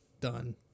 done